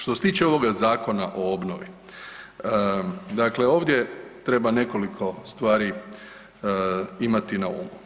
Što se tiče ovoga Zakona o obnovi, dakle ovdje treba nekoliko stvari imati na umu.